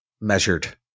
measured